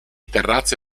terrazze